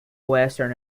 western